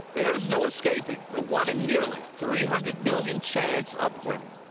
there's no escaping the one in nearly three hundred million chance of winning.